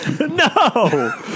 No